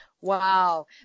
Wow